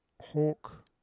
Hawk